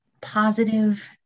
positive